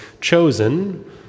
chosen